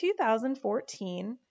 2014